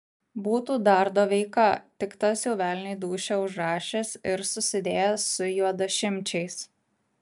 būtų dar doveika tik tas jau velniui dūšią užrašęs ir susidėjęs su juodašimčiais